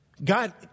God